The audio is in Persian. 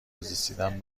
رسیدن